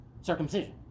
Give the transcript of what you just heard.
Circumcision